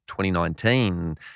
2019